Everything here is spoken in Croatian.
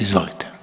Izvolite.